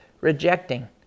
rejecting